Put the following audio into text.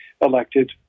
elected